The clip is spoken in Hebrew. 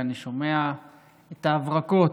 ואני שומע את ההברקות,